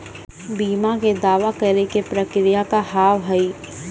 बीमा के दावा करे के प्रक्रिया का हाव हई?